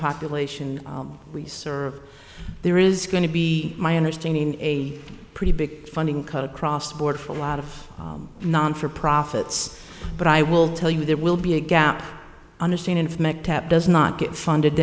population we serve there is going to be my understanding a pretty big funding cut across the board for a lot of not for profits but i will tell you there will be a gap understanding from does not get funded